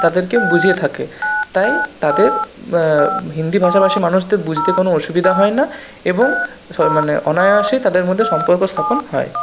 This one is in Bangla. তাদেরকে বুঝিয়ে থাকে তাই তাদের হিন্দি ভাষাভাষীর মানুষদের বুঝতে কোনো অসুবিধা হয় না এবং মানে অনায়াসে তাদের মধ্যে সম্পর্ক স্থাপন হয়